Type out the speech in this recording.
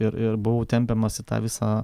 ir ir buvau tempiamas į tą visą